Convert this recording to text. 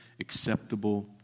acceptable